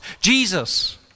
Jesus